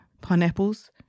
pineapples